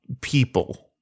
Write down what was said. people